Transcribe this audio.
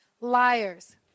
liars